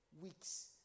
weeks